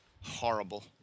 Horrible